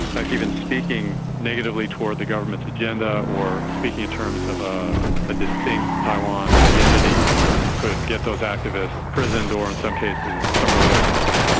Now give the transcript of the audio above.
like even speaking negatively towards the government's agenda or speaking in terms of ah ah this being taiwan's identity could get those activists imprisoned or in some cases summarily executed.